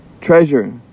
treasure